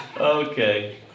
Okay